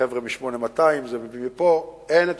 חבר'ה מ-8200, זה מביא לפה, אין הכניסה,